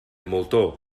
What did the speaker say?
moltó